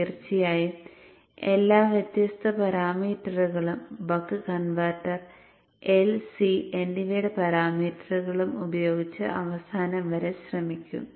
തീർച്ചയായും എല്ലാ വ്യത്യസ്ത പാരാമീറ്ററുകളും ബക്ക് കൺവെർട്ടർ L C എന്നിവയുടെ പാരാമീറ്ററുകളും ഉപയോഗിച്ച് അവസാനം വരെ ശ്രമിക്കൂ